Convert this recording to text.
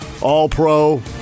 all-pro